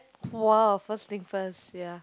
!wah! first thing first ya